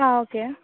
ആ ഓക്കേ